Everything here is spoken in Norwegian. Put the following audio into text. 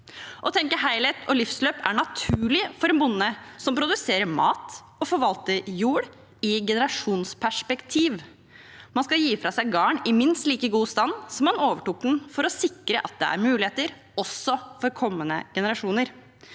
Å tenke helhet og livsløp er naturlig for en bonde som produserer mat og forvalter jord i et generasjonsperspektiv. Man skal gi fra seg gården i minst like god stand som man overtok den, for å sikre at det er muligheter også for kommende generasjoner.